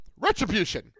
Retribution